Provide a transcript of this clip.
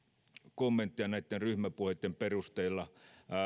kommentteja näitten ryhmäpuheitten perusteella